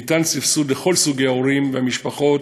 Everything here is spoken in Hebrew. ניתן סבסוד לכל סוגי ההורים והמשפחות,